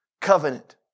covenant